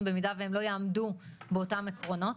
במידה שהם לא יעמדו באותם עקרונות.